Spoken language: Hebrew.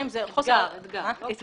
אתגר, אתגר, לא קושי.